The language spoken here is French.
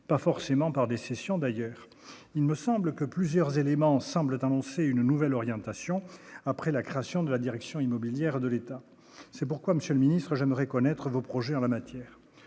pas forcément par des cessions d'ailleurs il me semble que plusieurs éléments semblent annoncer une nouvelle orientation après la création de la direction immobilière de l'État, c'est pourquoi monsieur le ministre, j'aimerais connaître vos projets en la matière,